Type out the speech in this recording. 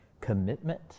commitment